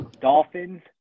Dolphins